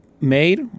made